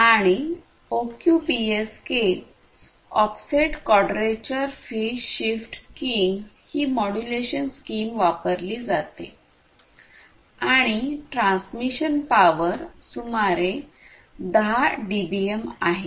आणि OQPSK offset quadrature phase shift keying ही modulation scheme वापरली जाते आणि ट्रान्समिशन पॉवर सुमारे 10 डीबीएम आहे